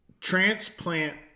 transplant